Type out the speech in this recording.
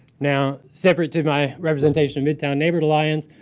now, separate to my representation of midtown neighborhood alliance,